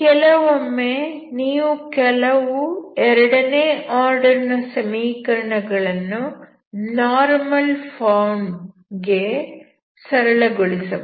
ಕೆಲವೊಮ್ಮೆ ನೀವು ಕೆಲವು ಎರಡನೇ ಆರ್ಡರ್ ನ ಸಮೀಕರಣ ಗಳನ್ನು ನಾರ್ಮಲ್ ಫಾರ್ಮ್ ಗೆ ಸರಳಗೊಳಿಸಬಹುದು